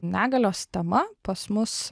negalios tema pas mus